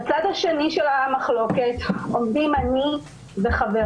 בצד השני של המחלוקת עומדים אני וחבריי.